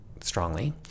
strongly